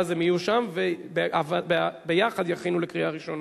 הם יהיו שם, ויחד יכינו לקריאה ראשונה.